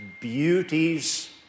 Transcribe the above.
beauties